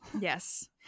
Yes